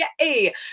Yay